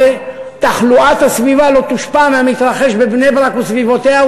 תחלואת הסביבה לא תושפע מהמתרחש בבני-ברק וסביבותיה,